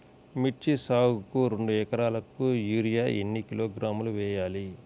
మిర్చి సాగుకు రెండు ఏకరాలకు యూరియా ఏన్ని కిలోగ్రాములు వేయాలి?